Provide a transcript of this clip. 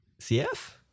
CF